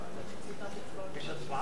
גברתי היושבת-ראש,